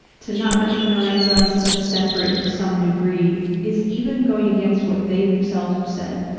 to not recognize us as separate to some degree is even going against what they themselves have said.